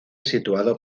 situado